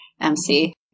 MC